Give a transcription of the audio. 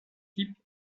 type